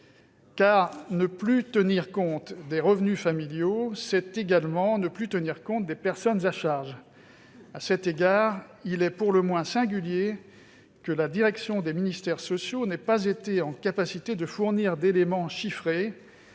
ne plus tenir compte des revenus familiaux, c'est également ne plus tenir compte des personnes à charge. À cet égard, il est pour le moins singulier que les administrations des ministères sociaux n'aient pas été en capacité de fournir d'éléments chiffrés